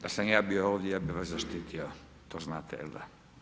Da sam ja bio ovdje, ja bih vas zaštitio, to znate, jel' da.